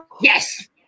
Yes